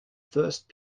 first